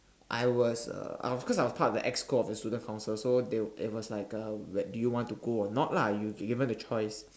I was uh I was cause I was part of the exco of the student council so they it was like uh do you want to go or not lah you given a choice